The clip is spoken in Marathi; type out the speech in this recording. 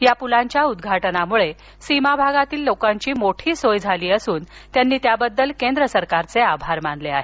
या पुलांच्या उद्घाटनामुळे सीमा भागातील लोकांची मोठी सोय झाली असून त्यांनी याबद्दल केंद्र सरकारचे आभार मानले आहेत